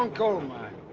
um gold, my